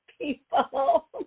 people